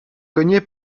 cogner